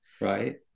Right